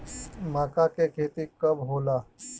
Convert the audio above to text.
माका के खेती कब होला?